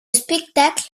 spectacle